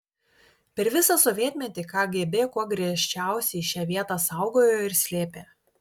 per visą sovietmetį kgb kuo griežčiausiai šią vietą saugojo ir slėpė